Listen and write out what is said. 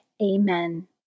Amen